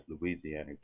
Louisiana